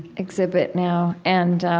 exhibit now. and